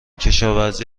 کشاوزی